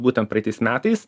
būtent praeitais metais